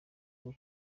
bwo